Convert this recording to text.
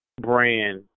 brand